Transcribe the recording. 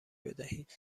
بدهید